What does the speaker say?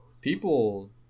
people